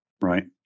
Right